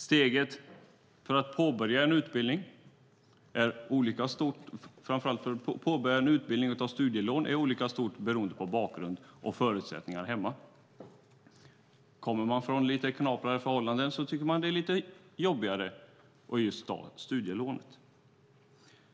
Steget för att påbörja en utbildning är olika stort, framför allt för att påbörja en utbildning och ta studielån, beroende på bakgrund och förutsättningar hemma. Kommer man från lite knaprare förhållanden tycker man att det är lite jobbigare att just ta studielånet.